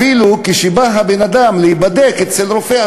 אפילו כשבא בן-אדם להיבדק אצל רופא,